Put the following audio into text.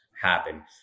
Happen